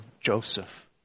Joseph